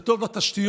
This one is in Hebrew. זה טוב לתשתיות,